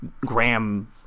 Graham